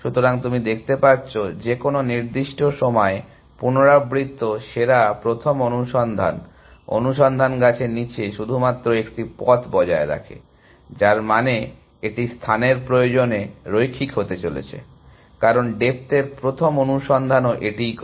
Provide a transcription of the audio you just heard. সুতরাং তুমি দেখতে পাচ্ছ যে কোনো নির্দিষ্ট সময়ে পুনরাবৃত্ত সেরা প্রথম অনুসন্ধান অনুসন্ধান গাছের নিচে শুধুমাত্র একটি পথ বজায় রাখে যার মানে এটি স্থানের প্রয়োজন রৈখিক হতে চলেছে কারণ ডেপ্থ এর প্রথম অনুসন্ধানও এটিই করে